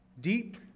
Deep